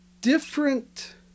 different